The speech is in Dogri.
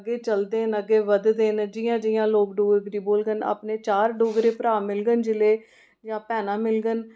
अग्गें चलदे न अग्गें बधदे न जियां जियां लोक डोगरी बोलङन अपने चार डोगरे भ्राऽ मिलङन जेल्लै जां भैनां मिलङन